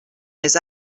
més